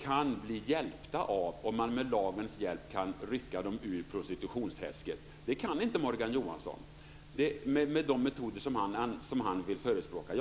kan bli hjälpta om man med lagens hjälp kan rycka dem ur prostitutionsträsket. Det kan inte Morgan Johansson med de metoder han förespråkar.